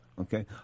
Okay